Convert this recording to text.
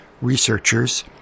researchers